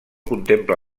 contempla